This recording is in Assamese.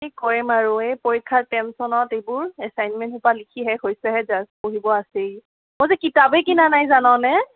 কি কৰিম আৰু এই পৰীক্ষাৰ টেনচনত এইবোৰ এচাইণ্টমেণ্টসোপা লিখি শেষ হৈছেহে জাস্ট পঢ়িব আছেই মই যে কিতাপেই কিনা নাই জাননে